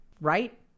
right